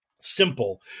simple